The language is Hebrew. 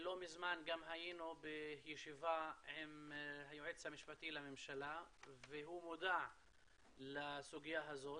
לא מזמן גם היינו בישיבה עם היועץ המשפטי לממשלה והוא מודע לסוגיה הזאת.